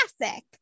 classic